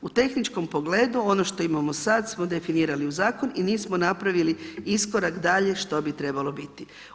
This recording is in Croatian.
U tehničkom pogledu, ono što imamo sad smo definirali u zakon i nismo napravili iskorak dalje što bi trebalo biti.